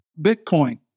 Bitcoin